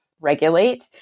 regulate